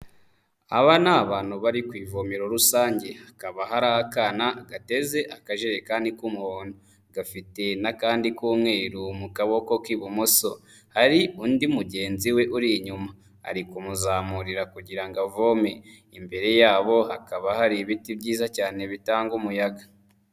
Aba ni abantu bari ku ivomero rusange hakaba hari akana gateze akajerekani k'umuhondo gafite n'akandi k'umweru mu kaboko k'ibumoso, hari undi mugenzi we uri inyuma, ari kumuzamurira kugira ngo avome, imbere yabo hakaba hari ibiti byiza cyane bitanga umuyaga.